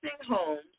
homes